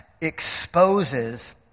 exposes